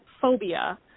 phobia